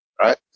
right